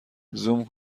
زوم